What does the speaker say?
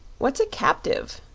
what's a captive?